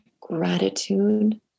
gratitude